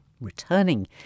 returning